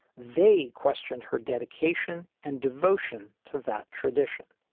they questioned her dedication and devotion to that tradition.